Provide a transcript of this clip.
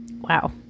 Wow